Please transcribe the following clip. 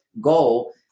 goal